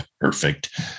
perfect